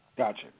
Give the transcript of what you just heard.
Gotcha